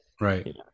Right